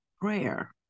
prayer